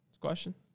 Question